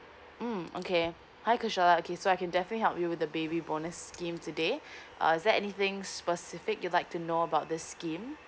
mm okay hi kersola so I can definitely up you the baby bonus scheme today uh is there anything specific you like to know about this scheme